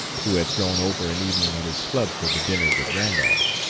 who had thrown over an evening at his club for the dinner with randolph.